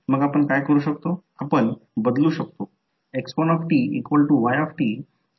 आणि इथे हे x L1 L1 कॉईल 1 चा रिअॅक्टन्स आणि x L2 L2 आहे कारण ती इंडक्टिव्ह कॉइल आहे आणि हे म्युच्युअल रिअॅक्टन्स आहे